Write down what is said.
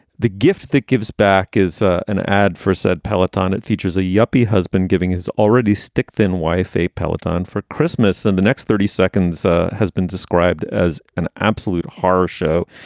the gift that gives back is an ad for, said peladon. it features a yuppie husband giving his already stick thin wife, say peladon for christmas and the next thirty seconds has been described as an absolute horror show.